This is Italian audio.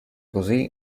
così